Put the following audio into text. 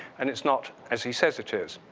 and it's not as he says it is.